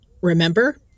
remember